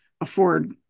afford